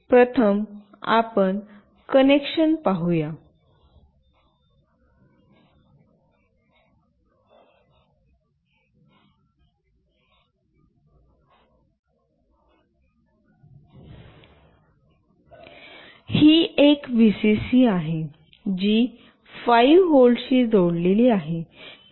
प्रथम आपण कनेक्शन पाहू ही एक व्हीसीसी आहे जी 5 व्होल्टशी जोडलेली आहे